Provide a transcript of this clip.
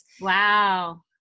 Wow